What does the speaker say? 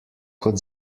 kot